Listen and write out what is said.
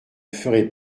ferez